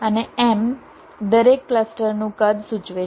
અને m દરેક ક્લસ્ટરનું કદ સૂચવે છે